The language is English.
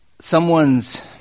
someone's